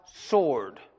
sword